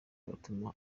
agatuma